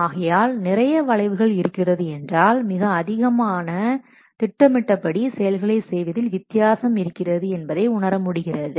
ஆகையால் நிறைய வளைவுகள் இருக்கிறது என்றால் மிக அதிகமான திட்டமிட்டபடி செயல்களை செய்வதில் வித்தியாசம் இருக்கிறது என்பதை உணர முடிகிறது